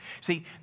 See